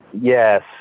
Yes